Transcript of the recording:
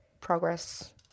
progress